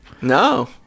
No